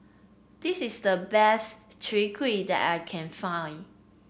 this is the best Chai Kueh that I can find